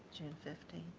june fifteenth.